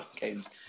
games